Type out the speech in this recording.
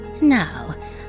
Now